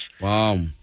wow